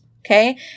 okay